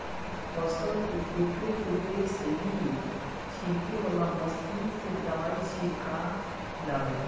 फसल के उपरे उपरे से ही छिड़के वाला मशीन से दवाई छिड़का जाला